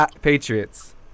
Patriots